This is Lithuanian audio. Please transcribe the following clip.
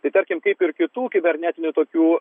tai tarkim kaip ir kitų kibernetinių tokių